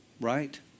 Right